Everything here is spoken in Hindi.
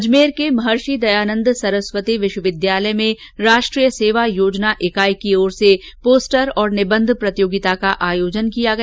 अजमेर के महर्षि दयानंद सरस्वती विश्वविद्यालय में राष्ट्रीय सेवा योजना इकाई की ओर से पोस्टर और निबंध प्रतियोगिता का आयोजन किया गया